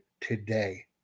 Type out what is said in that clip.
today